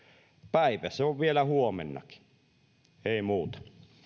päivä se on vielä huomennakin ei muuta